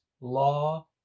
law